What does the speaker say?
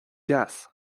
deas